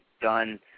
done